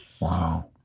Wow